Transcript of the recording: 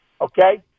Okay